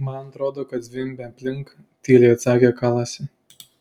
man atrodo kad zvimbia aplink tyliai atsakė kalasi